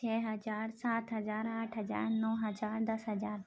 چھ ہزار سات ہزار آٹھ ہزار نو ہزار دس ہزار